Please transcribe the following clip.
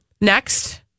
next